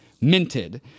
minted